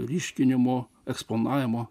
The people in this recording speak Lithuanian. ryškinimo eksponavimo